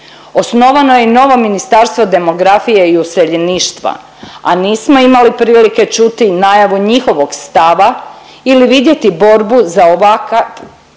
Osnovano je i novo Ministarstvo demografije i useljeništva, a nismo imali prilike čuti najavu njihovog stava ili vidjeti borbu za ovakav